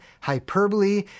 hyperbole